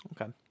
Okay